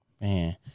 Man